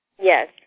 Yes